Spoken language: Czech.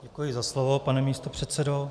Děkuji za slovo, pane místopředsedo.